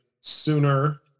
sooner